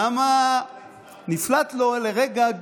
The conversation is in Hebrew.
למה נפלט לו לרגע,